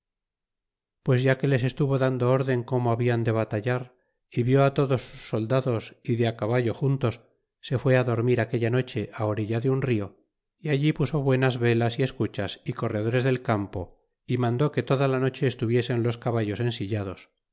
pues ya que les estuvo dando orden como habian de batallar y vió todos sus soldados y de caballo juntos se fue dormir aquella noche orilla de un rio y allí puso buenas velas y escuchas y corredores del campo y mandó que toda la noche tuviesen los caballos ensillados